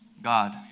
God